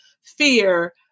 fear